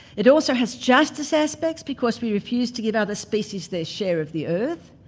it also has justice aspects because we refuse to give other species their share of the earth,